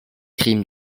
crimes